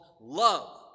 love